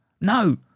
No